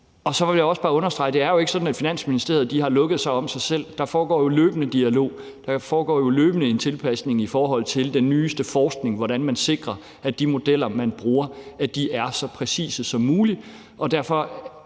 Det er ikke sådan, at Finansministeriet har lukket sig om sig selv; der foregår jo løbende dialog, der foregår jo løbende en tilpasning i forhold til den nyeste forskning i, hvordan man sikrer, at de modeller, man bruger, er så præcise som muligt.